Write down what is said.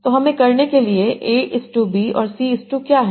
तो हमें करने के लिए a b और c क्या है